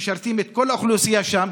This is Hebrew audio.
שמשרתים את כל האוכלוסייה שם,